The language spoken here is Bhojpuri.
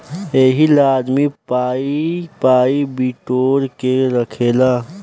एहिला आदमी पाइ पाइ बिटोर के रखेला